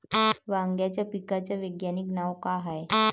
वांग्याच्या पिकाचं वैज्ञानिक नाव का हाये?